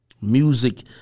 music